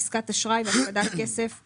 לרבות עסקת אשראי והפקדת כסף";